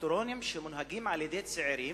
טרקטורונים שנהוגים על-ידי צעירים